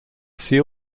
see